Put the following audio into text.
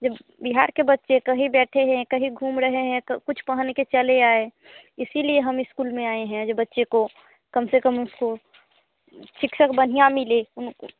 जब बिहार के बच्चे कहीं बैठे हैं कहीं घूम रहे हैं तो कुछ पहन के चले आए इसी लिए हम इस्कूल में आएँ हैं जो बच्चे को कम से कम उसको शिक्षक बढ़िया मिले उनको